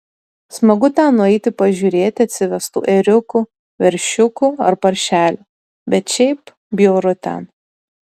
smagu ten nueiti pažiūrėti atsivestų ėriukų veršiukų ar paršelių bet šiaip bjauru ten